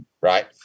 right